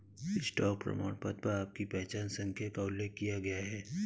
stock प्रमाणपत्र पर आपकी पहचान संख्या का उल्लेख किया गया है